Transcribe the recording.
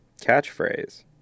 Catchphrase